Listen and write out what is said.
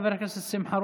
חבר הכנסת שמחה